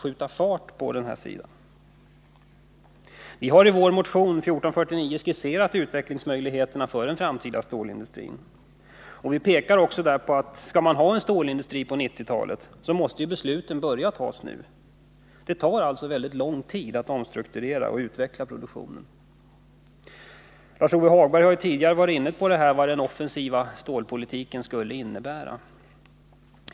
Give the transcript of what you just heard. Vi har i vår motion 1449 skisserat utvecklingsmöjligheterna för den framtida stålindustrin. Skall vi här i Sverige ha en stålindustri på 1990-talet, så måste vi börja fatta besluten nu. Det tar alltså väldigt lång tid att omstrukturera och utveckla produktionen. Lars-Ove Hagberg har också varit inne på vad en offensiv stålpolitik innebär.